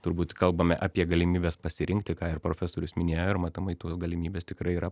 turbūt kalbame apie galimybes pasirinkti ką ir profesorius minėjo ir matomai tos galimybės tikrai yra